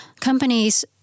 companies